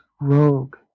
rogue